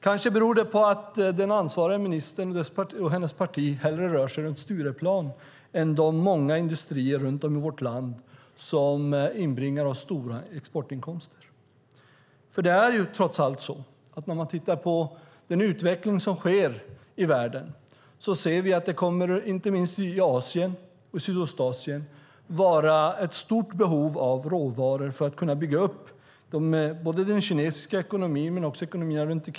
Kanske beror det på att den ansvariga ministern och hennes parti hellre rör sig runt Stureplan än besöker de många industrier runt om i vårt land som inbringar oss stora exportinkomster. När man tittar på den utveckling som sker i världen ser man att det inte minst i Sydostasien kommer att finnas ett stort behov av råvaror för att kunna bygga upp den kinesiska ekonomi och ekonomierna runt om.